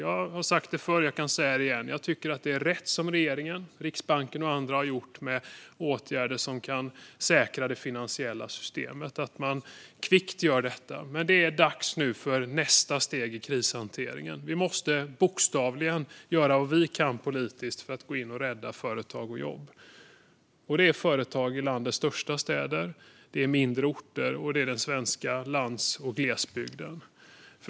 Jag har sagt det förr, och jag kan säga det igen: Jag tycker att det är rätt som regeringen, Riksbanken och andra har gjort som har vidtagit åtgärder som kan säkra det finansiella systemet och att man kvickt gör detta. Men det är dags nu för nästa steg i krishanteringen. Vi måste bokstavligen göra vad vi kan politiskt för att gå in och rädda företag och jobb. Det gäller företag i landets största städer, på mindre orter och på den svenska lands och glesbygden.